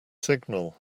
signal